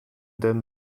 den